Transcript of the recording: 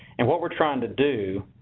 and what we're trying to do